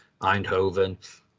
Eindhoven